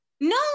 No